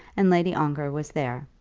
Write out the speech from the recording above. and lady ongar was there.